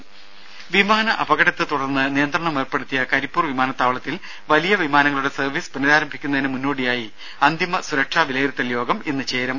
ദേദ വിമാന അപകടത്തെ തുടർന്ന് നിയന്ത്രണം ഏർപ്പെടുത്തിയ കരിപ്പൂർ വിമാനത്താവളത്തിൽ വലിയ വിമാനങ്ങളുടെ സർവീസ് പുനരാരംഭിക്കുന്നതിന് മുന്നോടിയായി അന്തിമ സുരക്ഷാ വിലയിരുത്തൽ യോഗം ഇന്ന് ചേരും